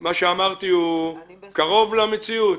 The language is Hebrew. מה שאמרתי קרוב למציאות?